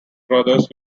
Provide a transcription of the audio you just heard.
brothers